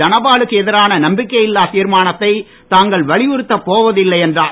தனபா லுக்கு எதிரான நம்பிக்கை இல்லாத் தீர்மானத்தை தாங்கள் வலியுறத்தப் போவதில்லை என்றார்